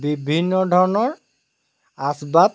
বিভিন্ন ধৰণৰ আচ বাব